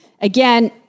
Again